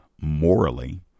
morally